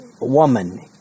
woman